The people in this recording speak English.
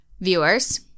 viewers